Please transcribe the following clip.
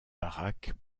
baraques